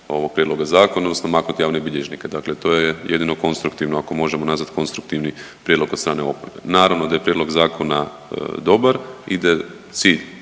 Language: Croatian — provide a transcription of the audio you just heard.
ovog prijedloga zakona odnosno maknut javne bilježnice, dakle to je jedino konstruktivno ako možemo nazvati konstruktivni prijedlog od strane oporbe. Naravno da je prijedlog zakona dobar i da cilj